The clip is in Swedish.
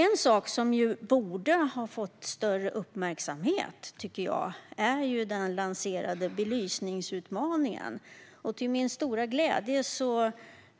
En sak som jag tycker borde ha fått större uppmärksamhet är den lanserade belysningsutmaningen.